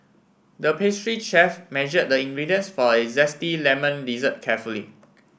the pastry chef measure the ingredients for a zesty lemon dessert carefully